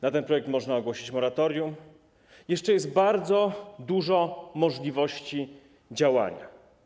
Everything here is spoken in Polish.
Na ten projekt można ogłosić moratorium, jeszcze jest bardzo dużo możliwości działania.